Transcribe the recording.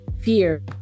fear